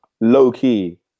low-key